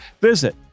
Visit